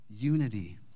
unity